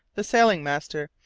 the sailing-master.